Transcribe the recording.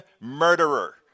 murderer